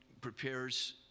prepares